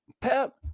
Pep